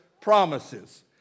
promises